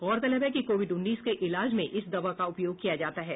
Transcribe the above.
गौरतलब है कि कोविड उन्नीस के इलाज में इस दवा का उपयोग किया जाता है